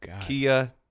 Kia